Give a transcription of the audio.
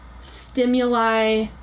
stimuli